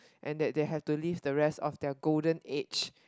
and that they have to live the rest of their golden age